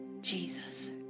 Jesus